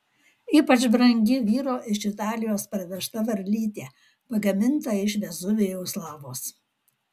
ypač brangi vyro iš italijos parvežta varlytė pagaminta iš vezuvijaus lavos